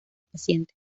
paciente